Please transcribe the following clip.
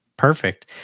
Perfect